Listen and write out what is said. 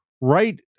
right